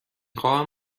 خواهم